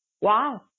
Wow